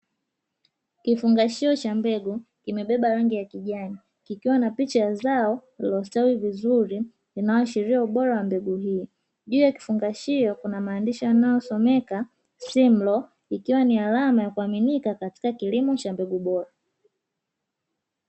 Kifungashio cha mbegu kimebeba rangi ya kijani kilicho na zao lililostawi vizuri linaloashiria ubora wa mbegu hii. Juu ya kifungashio kuna maandishi yanayosomeka 'SIMLO' ikiwa ni alama ya kuaminika katika kilimo cha mbegu bora.